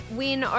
win